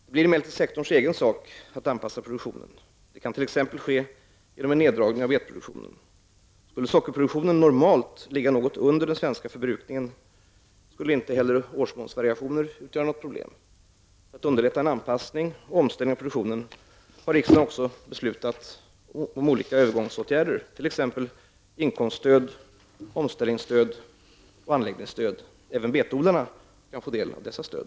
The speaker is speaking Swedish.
Det blir emellertid sektorns egen sak att anpassa produktionen. Det kan t.ex. ske genom en neddragning av betproduktionen. Skulle sockerproduktionen normalt ligga något under den svenska förbrukningen, skulle inte heller årsmånsvariationer utgöra något problem. För att underlätta en anpassning och omställning av produktionen har riksdagen också beslutat om olika övergångsåtgärder, t.ex. inkomststöd, omställningsstöd och anläggningsstöd. Även betodlarna kan få del av dessa stöd.